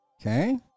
okay